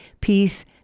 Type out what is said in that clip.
peace